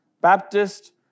Baptist